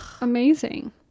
amazing